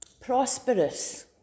prosperous